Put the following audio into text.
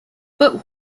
but